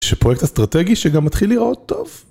יש פה פרויקט אסטרטגי שגם מתחיל להיראות טוב?